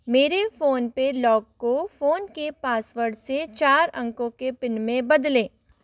मेरे फ़ोन पर लॉक को फ़ोन के पासवर्ड से चार अंकों के पिन में बदलें